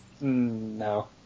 No